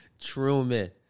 Truman